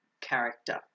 character